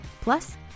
Plus